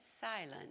silent